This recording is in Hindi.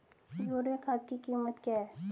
यूरिया खाद की कीमत क्या है?